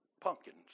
pumpkins